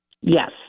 Yes